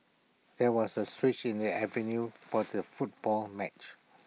there was A switch in the avenue for the football match